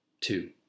Two